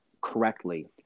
correctly